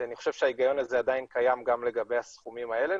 אני חושב שההיגיון הזה עדיין קיים גם לגבי הסכומים האלה.